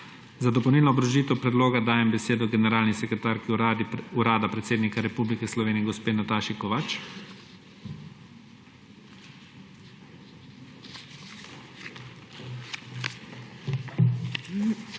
Za dopolnilno obrazložitev predloga dajem besedo generalni sekretarki Urada predsednika Republike Slovenije gospe Nataši Kovač.